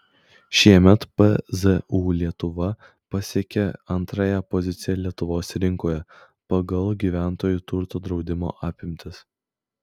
šiemet pzu lietuva pasiekė antrąją poziciją lietuvos rinkoje pagal gyventojų turto draudimo apimtis